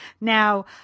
now